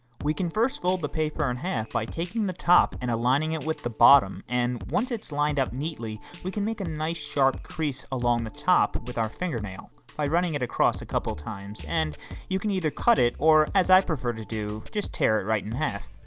we can first fold the paper in half by taking the top and aligning it with the bottom and once it's lined up neatly we can make a nice sharp crease along the top with our fingernail by running it across a couple times and you can either cut it or as i prefer to do just tear it right in half.